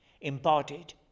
embodied